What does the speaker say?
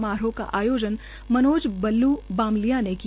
समारोह का आयोजन मनोज बल्लू बामलिया ने किया